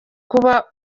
kuba